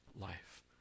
life